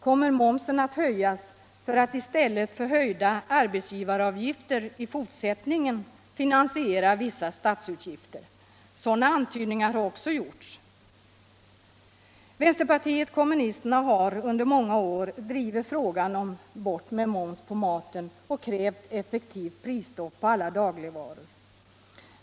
Kommer momsen att höjas för att i stället för höjda arbetsgivaravgifter i fortsättningen finansiera vissa statsutgifter? Sådana antydningar har också gjorts. Vänsterpartiet kommunisterna har under många år drivit kravet: ”Bort med moms på maten”. Vi har vidare krävt effektivt prisstopp på alla dagligvaror.